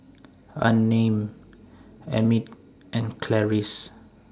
Unnamed Emmitt and Clarice